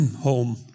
home